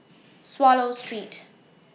Swallow Street